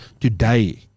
today